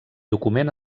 document